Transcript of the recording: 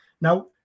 Now